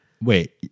wait